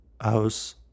house